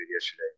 yesterday